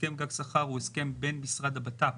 הסכם גג שכר הוא הסכם בין משרד הבט"פ,